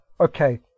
okay